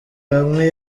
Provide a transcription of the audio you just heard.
hamwe